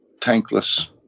tankless